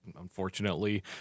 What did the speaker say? unfortunately